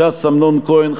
ש"ס: אמנון כהן.